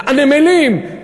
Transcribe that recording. הנמלים,